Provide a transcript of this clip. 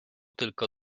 tylko